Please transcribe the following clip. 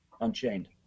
Unchained